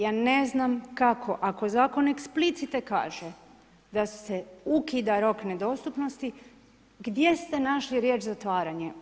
Ja ne znam kako ako zakon explicite kaže da ukida rok nedostupnosti, gdje ste našli riječ „zatvaranje“